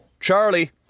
Charlie